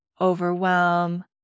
overwhelm